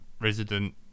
resident